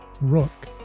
Rook